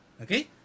Okay